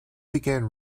began